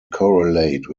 correlate